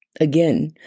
Again